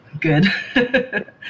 Good